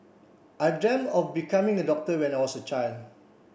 I of becoming a doctor when I was a child